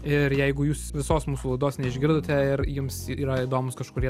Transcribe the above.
ir jeigu jūs visos mūsų laidos neišgirdote ir jums yra įdomūs kažkurie